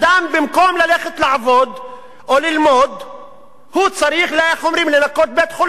במקום ללכת לעבוד או ללמוד צריך לנקות בית-חולים.